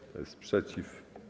Kto jest przeciw?